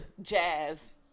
jazz